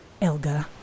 Elga